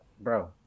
bro